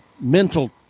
mental